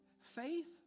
Faith